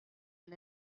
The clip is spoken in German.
ein